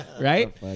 Right